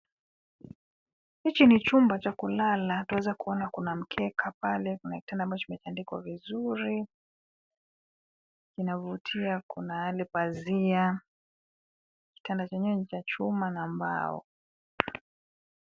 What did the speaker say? Hichi ni chumba cha kulala twaweza kuona kuna mkeka pale kuna kitanda ambacho kimetandikwa vizuri kinavutia kuna yale pazia. Kitanda chenyewe ni cha chuma na mbao.